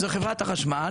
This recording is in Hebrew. חברת נגה,